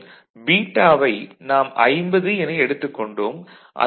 மேலும் பீட்டாவை நாம் 50 என எடுத்துக் கொண்டோம்